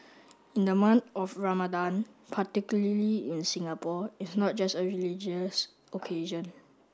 in the month of Ramadan particularly in Singapore it's not just a religious occasion